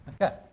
Okay